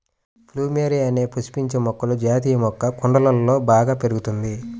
plumeria అనే పుష్పించే మొక్కల జాతి మొక్క కుండలలో బాగా పెరుగుతుంది